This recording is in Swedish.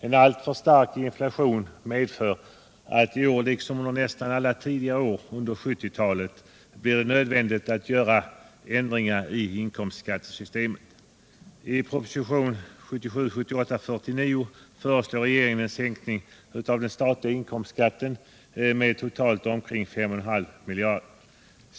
En alltför stark inflation medför att det i år liksom under nästan alla tidigare år under 1970-talet blir nödvändigt att företa ändringar i inkomstskattesystemet. I propositionen 1977/78:49 föreslår regeringen en sänkning av den statliga inkomstskatten med totalt omkring 5,5 miljarder.